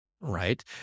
right